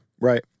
Right